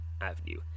avenue